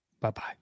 Bye-bye